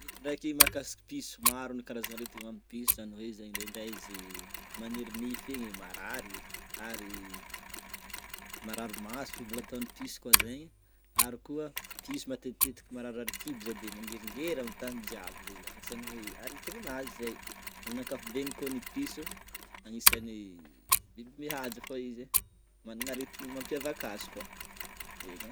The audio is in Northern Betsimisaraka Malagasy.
Eto ndreky makasiky piso, maro karazana aretiny mahazo ny piso zany hoe zany indrendre zany izy maniry nify igny marary maso mbola aton'ny piso koa zegny ary koa piso matetitetika marary kibo zegny de mangeringery aminy tany jiaby zegny zany anisany aretina anazy zegny amin'ny ankapobeny koa ny piso anisany biby mihaza fo izy e, managna ny aretina mampiavaka azy koa.